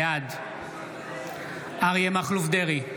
בעד אריה מכלוף דרעי,